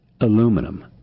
aluminum